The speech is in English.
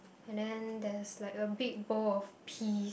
and then there's like a big bowl of pea